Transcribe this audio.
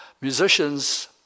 musicians